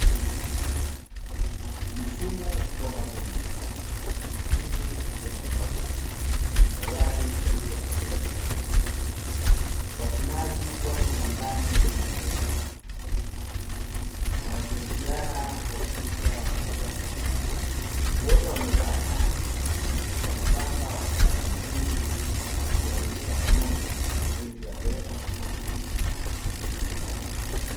Msimu wa mavuno mahindi yamekauka, tayari kwa ajili ya kupelekwa sokoni. Wavunaji wapo shambani wanaendelea, wanashirikiana kuhakikisha wanayatoa shambani. Wote wamevaa sare wameshika mapanga wakikata mahindi na kuyalundika pamoja ili kuyapeleka sokoni